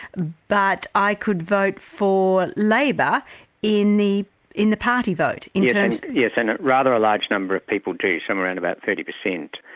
but i could vote for labour in the in the party vote? yeah yes, and rather a large number of people do, somewhere around about thirty percent.